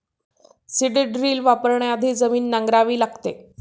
seed drill वापरण्याआधी जमीन नांगरावी लागते